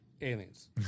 Aliens